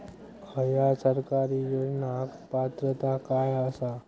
हया सरकारी योजनाक पात्रता काय आसा?